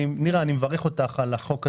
אני מברך אותך על החוק הזה,